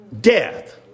Death